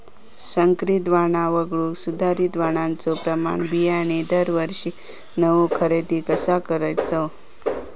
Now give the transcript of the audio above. संकरित वाण वगळुक सुधारित वाणाचो प्रमाण बियाणे दरवर्षीक नवो खरेदी कसा करायचो?